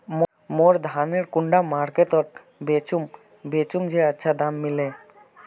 मोर धानेर कुंडा मार्केट त बेचुम बेचुम जे अच्छा दाम मिले?